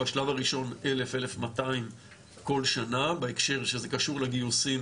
בשלב הראשון 1,000-1,200 כל שנה בהקשר שזה קשור לגיוסים